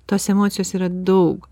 tos emocijos yra daug